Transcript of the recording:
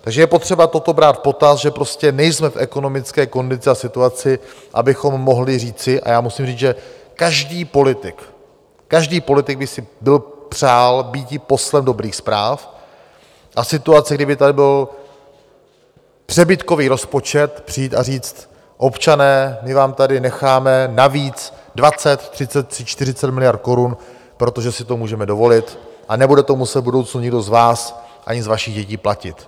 Takže je potřeba toto brát v potaz, že prostě nejsme v ekonomické kondici a situaci, abychom mohli říci, a já musím říct, že každý politik, každý politik by si byl přál býti poslem dobrých zpráv a v situaci, kdy by tady byl přebytkový rozpočet, přijít a říct: občané, my vám tady necháme navíc 20, 30, 40 miliard korun, protože si to můžeme dovolit a nebude to muset v budoucnu nikdo z vás ani z vašich dětí platit.